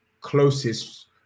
closest